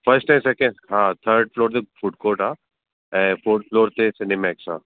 first ऐं second हा third floor ते फूड कोर्ट आहे ऐं फोर्थ फ्लोर ते सिनेमैक्स आहे